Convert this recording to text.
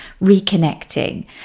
reconnecting